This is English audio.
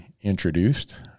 introduced